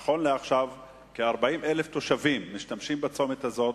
נכון לעכשיו כ-40,000 תושבים משתמשים בצומת הזה.